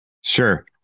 Sure